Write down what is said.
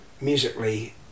musically